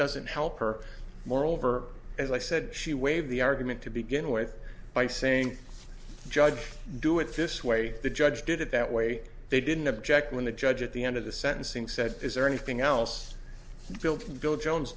doesn't help her moreover as i said she waived the argument to begin with by saying judge do it this way the judge did it that way they didn't object when the judge at the end of the sentencing said is there anything else bill from bill jones